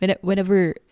whenever